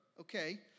okay